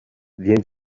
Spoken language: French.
vient